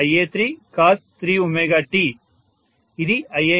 iamia1costia3cos3t ఇది iam